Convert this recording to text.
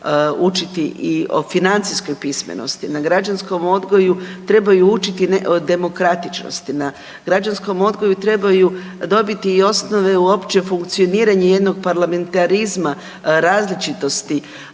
učiti i o financijskoj pismenosti, na građanskom odgoju trebaju učiti o demokratičnosti, na građanskom odgoju trebaju dobiti i osnove uopće funkcioniranja jednog parlamentarizma različitosti.